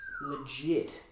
Legit